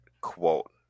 quote